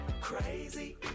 Crazy